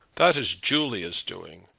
that is julia's doing.